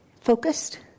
focused